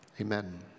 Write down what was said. Amen